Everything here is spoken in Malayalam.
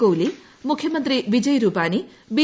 കോഹ്ലി മുഖ്യമന്ത്രി വിജയ് രുപാനി ബി